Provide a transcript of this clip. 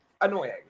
annoying